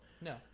No